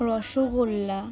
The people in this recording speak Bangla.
রসগোল্লা